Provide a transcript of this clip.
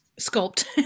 sculpt